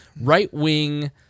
right-wing